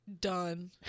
Done